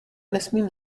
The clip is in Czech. nesmím